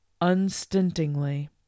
unstintingly